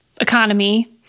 economy